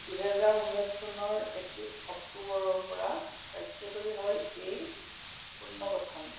দুই হেজাৰ ঊনৈছ চনৰ একত্ৰিছ অক্টোবৰৰ পৰা কাৰ্যকৰী হয় এই পুন্নগঠন